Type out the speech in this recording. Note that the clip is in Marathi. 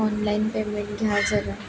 ऑनलाईन पेमेंट घ्या जरा